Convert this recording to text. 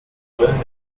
rollen